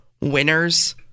winners